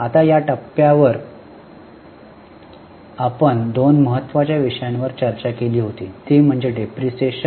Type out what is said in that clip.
आता या टप्प्यावर आपण दोन महत्वाच्या विषयांवर चर्चा केली होती ती म्हणजे डेप्रिसिएशन